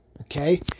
Okay